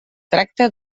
tracta